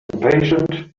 impatient